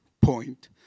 point